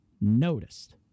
noticed